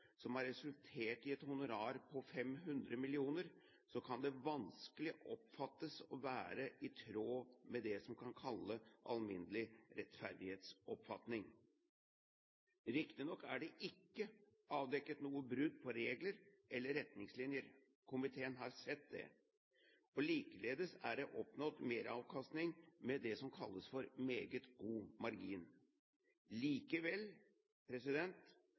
som har resultert i et honorar på 500 mill. kr, kan det vanskelig oppfattes å være i tråd med det som kalles alminnelig rettferdighet. Riktignok er det ikke avdekket noe brudd på regler eller retningslinjer – komiteen har sett det – likeledes er det oppnådd meravkastning med det som kalles for meget god margin. Likevel